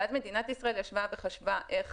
ואז מדינת ישראל ישבה וחשבה איך